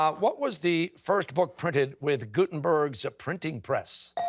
um what was the first book printed with gutenberg's printing press?